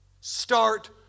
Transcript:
start